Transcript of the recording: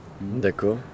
D'accord